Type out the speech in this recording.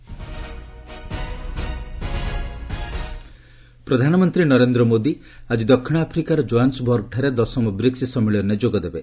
PM BRICS ପ୍ରଧାନମନ୍ତ୍ରୀ ନରେନ୍ଦ୍ର ମୋଦି ଆଜି ଦକ୍ଷିଣ ଆଫ୍ରିକାର ଜୋହାନ୍ନବର୍ଗଠାରେ ଦଶମ ବ୍ରିକ୍କ ସମ୍ମିଳନୀରେ ଯୋଗଦେବେ